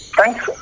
Thanks